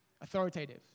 authoritative